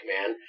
man